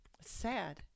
sad